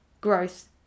growth